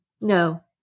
No